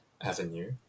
avenue